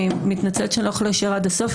אני מתנצלת שאני לא אוכל להישאר עד הסוף,